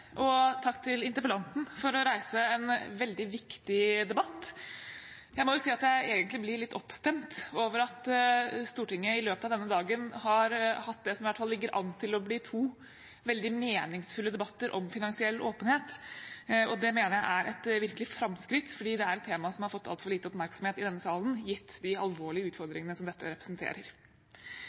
Takk til interpellanten for å reise en veldig viktig debatt. Jeg må si at jeg egentlig blir litt oppstemt over at Stortinget i løpet av denne dagen har hatt det som i hvert fall ligger an til å bli to veldig meningsfulle debatter om finansiell åpenhet. Det mener jeg er et virkelig framskritt fordi det er et tema som har fått altfor lite oppmerksomhet i denne salen, gitt de alvorlige utfordringene som dette representerer.